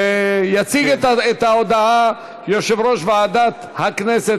יציג את ההודעה יושב-ראש ועדת הכנסת,